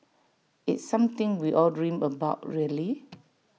it's something we all dream about really